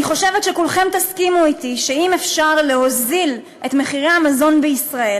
אני חושבת שכולכם תסכימו אתי שאם אפשר להוזיל את מחירי המזון בישראל,